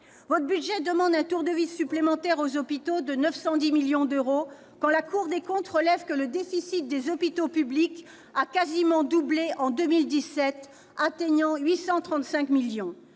Votre budget exige des hôpitaux un tour de vis supplémentaire de 910 millions d'euros, quand la Cour des comptes relève que le déficit des hôpitaux publics a quasiment doublé en 2017, atteignant 835 millions